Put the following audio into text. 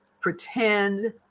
pretend